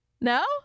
No